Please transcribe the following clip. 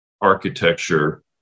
architecture